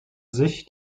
sich